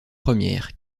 première